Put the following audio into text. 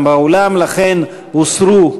והוא קופח והוא מתוסכל והוא חסר אונים,